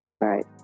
right